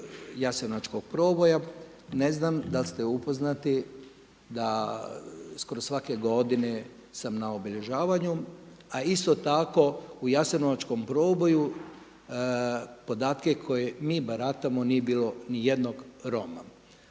jasenovačkog proboja, ne znam da li ste upoznati da skoro svake godine sam na obilježavanju. A isto tako u jasenovačkom proboju podatke kojima mi baratamo nije bilo niti jednog Roma.